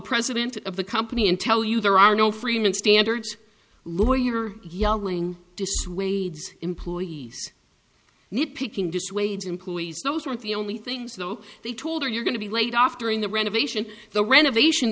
president of the company and tell you there are no freeman standards lawyer yelling dissuades employees need picking dissuades employees those weren't the only things though they told her you're going to be laid off during the renovation the renovation